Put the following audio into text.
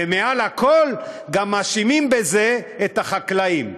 ומעל לכול, גם מאשימים בזה את החקלאים,